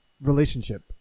relationship